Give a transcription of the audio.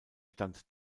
stadt